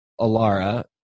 Alara